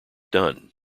done